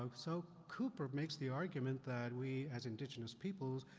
ah so, cooper makes the argument that we as indigenous peoples,